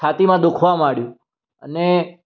છાતીમાં દુખવા માંડ્યુ અને